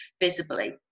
visibly